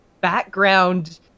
background